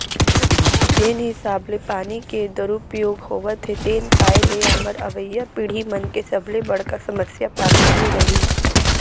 जेन हिसाब ले पानी के दुरउपयोग होवत हे तेन पाय ले हमर अवईया पीड़ही मन के सबले बड़का समस्या पानी के रइही